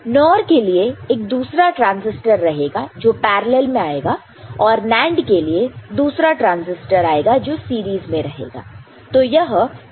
NOR के लिए एक दूसरा ट्रांसिस्टर रहेगा जो पैरेलल में आएगा और NAND के लिए दूसरा ट्रांसिस्टर आएगा जो की सीरीज में रहेगा